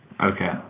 Okay